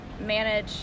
manage